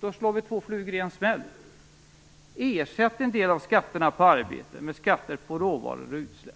Då slår vi två flugor i en smäll: ersätt en del av skatterna på arbete med skatter på råvaror och utsläpp!